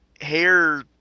hair